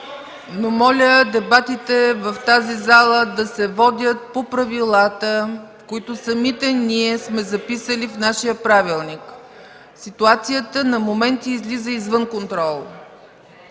Моля дебатите в тази зала да се водят по правилата, които самите ние сме записали в нашия правилник. Ситуацията на моменти излиза извън контрол.